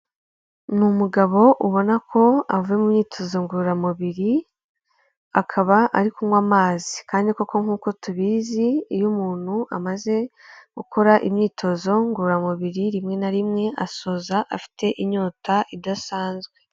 Ni umugabo ubona ko avuye mu myitozo ngororamubiri akaba ari kunywa amazi, kandi koko nk'uko tubizi iyo umuntu amaze gukora imyitozo ngororamubiri rimwe na rimwe asoza afite inyota idasanzwe.